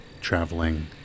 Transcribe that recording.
traveling